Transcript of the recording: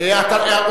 יש ויכוח על התמלוגים.